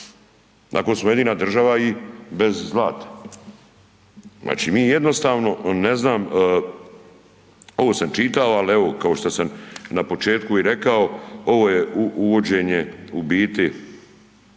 Tako smo jedina država i bez zlata. Znači mi jednostavno ne znam, ovo sam čitao ali evo kao što sam na početku rekao ovo je uvođenje ubiti